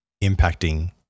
impacting